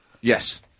Yes